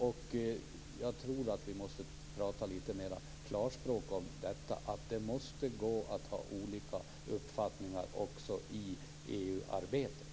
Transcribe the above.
Jag tror att vi måste tala litet mer klarspråk om att det måste gå att ha olika uppfattningar också i EU-arbetet.